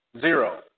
zero